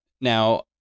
Now